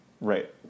right